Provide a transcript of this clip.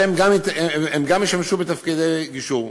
שגם ישמשו בתפקידי גישור.